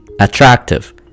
attractive